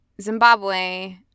Zimbabwe